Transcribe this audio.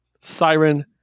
Siren